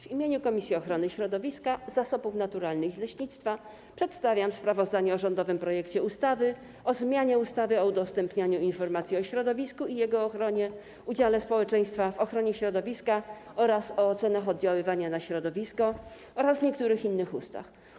W imieniu Komisji Ochrony Środowiska, Zasobów Naturalnych i Leśnictwa przedstawiam sprawozdanie o rządowym projekcie ustawy o zmianie ustawy o udostępnianiu informacji o środowisku i jego ochronie, udziale społeczeństwa w ochronie środowiska oraz o ocenach oddziaływania na środowisko oraz niektórych innych ustaw.